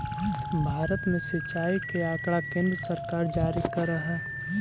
भारत में सिंचाई के आँकड़ा केन्द्र सरकार जारी करऽ हइ